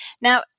Now